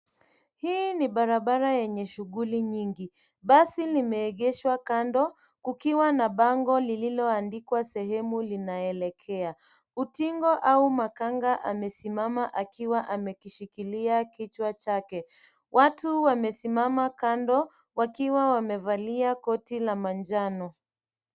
Hii ni barabara yenye shughuli nyingi. Basi limeegeshwa kando kukiwa na bango lililoandikwa sehemu linaelekea. Utingo au makanga amesimama akiwa amekishikilia kichwa chake. Watu wamesimama kando wakiwa wamevalia koti la manjano.